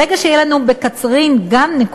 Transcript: ברגע שתהיה לנו גם בקצרין נקודה,